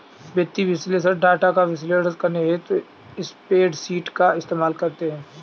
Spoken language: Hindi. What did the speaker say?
वित्तीय विश्लेषक डाटा का विश्लेषण करने हेतु स्प्रेडशीट का इस्तेमाल करते हैं